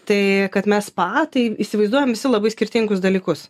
tai kad mes spa tai įsivaizduojam visi labai skirtingus dalykus